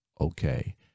okay